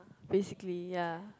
basically ya